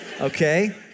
Okay